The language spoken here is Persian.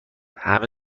همه